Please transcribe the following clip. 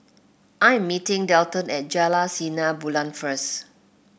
I'm meeting Delton at Jalan Sinar Bulan first